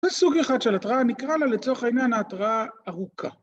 ‫בסוג אחד של התרעה נקרא לה, ‫לצורך העניין, התרעה ארוכה.